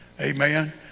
amen